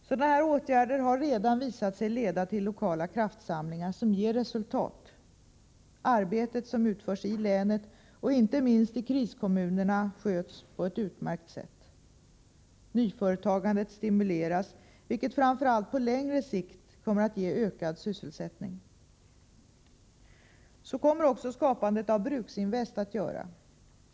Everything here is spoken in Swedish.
Sådana här åtgärder har redan visat sig leda till lokala kraftsamlingar som ger resultat. Arbetet som utförs i länet, och inte minst i kriskommunerna, sköts på ett utmärkt sätt. Nyföretagandet stimuleras, vilket framför allt på längre sikt kommer att ge ökad sysselsättning. Så kommer också skapandet av Bruksinvest att göra.